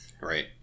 Right